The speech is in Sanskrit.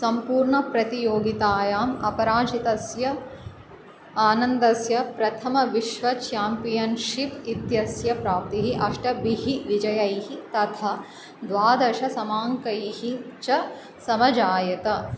सम्पूर्णप्रतियोगितायाम् अपराजितस्य आनन्दस्य प्रथमविश्वच्याम्पियनशिप् इत्यस्य प्राप्तिः अष्टभिः विजयैः तथा द्वादशसमाङ्कैः च समजायत